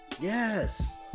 Yes